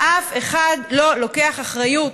ואף אחד לא לוקח אחריות.